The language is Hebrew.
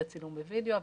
את הצילום בווידאו,